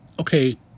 Okay